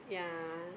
yeah